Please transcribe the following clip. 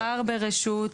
ערר ברשות,